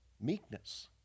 Meekness